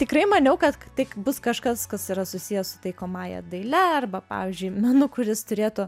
tikrai maniau kad tik bus kažkas kas yra susiję su taikomąja daile arba pavyzdžiui menu kuris turėtų